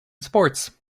sports